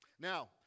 Now